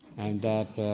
and that